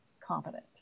competent